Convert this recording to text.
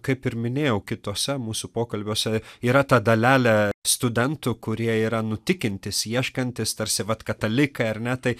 kaip ir minėjau kitose mūsų pokalbiuose yra ta dalelė studentų kurie yra nu tikintys ieškantys tarsi vat katalikai ar ne tai